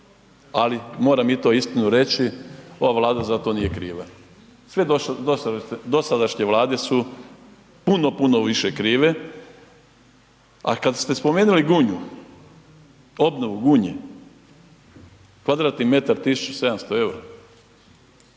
ali moram i to istinu reći, ova Vlada za to nije kriva. Sve dosadašnje Vlade su puno, puno više krive. A kada ste spomenuli Gunju, obnovu Gunje kvadratni metar 1700 eura,